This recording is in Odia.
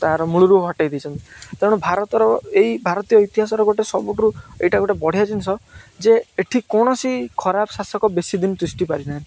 ତାର ମୂଳରୁ ହଟେଇ ଦେଇଛନ୍ତି ତେଣୁ ଭାରତର ଏଇ ଭାରତୀୟ ଇତିହାସର ଗୋଟେ ସବୁଠୁ ଏଇଟା ଗୋଟେ ବଢ଼ିଆ ଜିନିଷ ଯେ ଏଠି କୌଣସି ଖରାପ ଶାସକ ବେଶୀ ଦିନ ତିଷ୍ଟି ପାରି ନାହିଁ